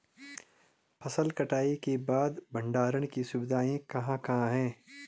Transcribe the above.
फसल कटाई के बाद भंडारण की सुविधाएं कहाँ कहाँ हैं?